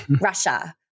Russia